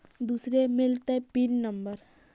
दुसरे मिलतै PIN number?